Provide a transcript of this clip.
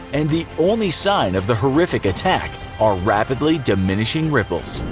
and the only sign of the horrific attack are rapidly diminishing ripples.